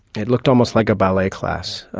it looked almost like a ballet class,